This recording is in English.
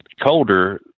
colder